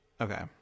Okay